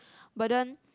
but then